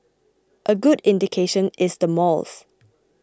a good indication is the malls